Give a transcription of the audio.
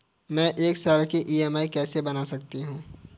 मैं एक साल की ई.एम.आई कैसे बना सकती हूँ?